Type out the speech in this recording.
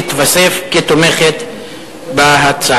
יתווסף כתומך בהצעה.